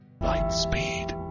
Lightspeed